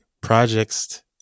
projects